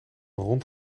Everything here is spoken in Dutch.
rond